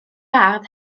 ardd